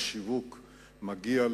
מגיע בשיווק לכ-14,000,